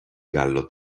gallo